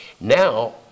Now